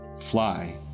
fly